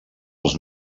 els